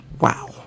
Wow